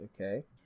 Okay